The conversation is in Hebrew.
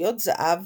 עשויות זהב